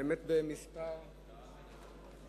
אשתדל לא לנצל את כל מכסת חמש